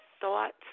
thoughts